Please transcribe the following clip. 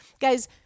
Guys